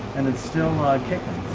and it's still ah kicking